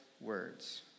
words